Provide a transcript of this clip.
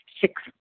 Six